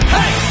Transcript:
Hey